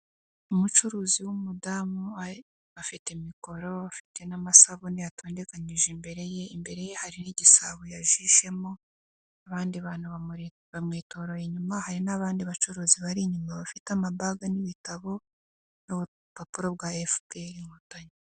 Umucuruzi w'umudamu afite mikoro kandi afite n'amasabune yatondekanyije imbere ye, imbere ye kandi hari n'igisabo yajishemo, abandi bantu bamutoroye inyuma hari n'abandi bacuruzi bari inyuma bafite ibikapu, ibitabo n'ubupapuro rwa efuperi inkotanyi.